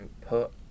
put